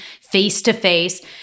face-to-face